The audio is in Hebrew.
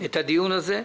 את הדיון הזה,